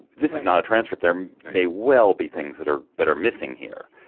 this is not a transcript there may well be things that are that are missing here.